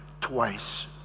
twice